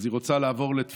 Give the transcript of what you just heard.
אז היא רוצה לעבור לתפילות,